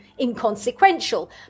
inconsequential